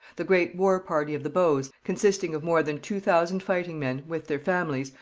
the great war party of the bows, consisting of more than two thousand fighting men, with their families,